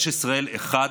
יש ישראל אחת,